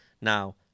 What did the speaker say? Now